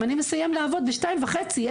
אני מסיים לעבוד בשתיים וחצי,